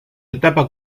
etapa